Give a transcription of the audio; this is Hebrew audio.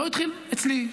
זה לא התחיל אצלי,